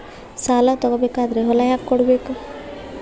ಸಾಲ ತಗೋ ಬೇಕಾದ್ರೆ ಹೊಲ ಯಾಕ ಕೊಡಬೇಕು?